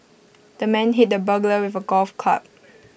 the man hit the burglar with A golf club